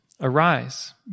Arise